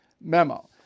memo